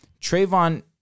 Trayvon